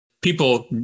people